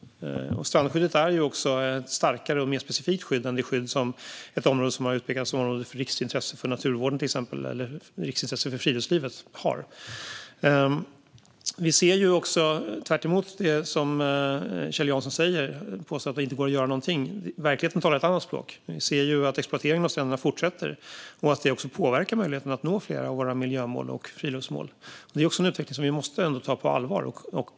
Strandskyddet är också ett starkare och mer specifikt skydd än det skydd som finns för ett område som har utpekats som område av riksintresse för naturvården eller riksintresse för friluftslivet. Kjell Jansson påstår att det inte går att göra någonting, men verkligheten talar ett annat språk. Vi ser att exploateringen av stränderna fortsätter, och det påverkar möjligheten att nå flera av våra miljö och friluftsmål. Det är en utveckling som vi måste ta på allvar.